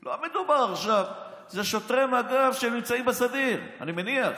זה שוטרי מג"ב שנמצאים בסדיר, אני מניח,